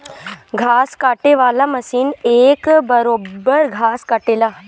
घास काटे वाला मशीन एक बरोब्बर घास काटेला